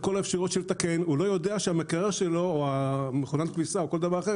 וזו בעיה בקניה,